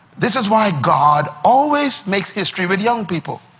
this is why god always makes history with young people.